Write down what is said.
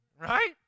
Right